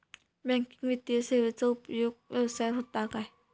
Banking वित्तीय सेवाचो उपयोग व्यवसायात होता काय?